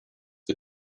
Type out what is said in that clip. for